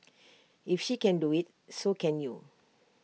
if she can do IT so can you